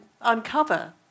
uncover